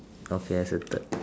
okay as a third